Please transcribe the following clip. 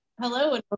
Hello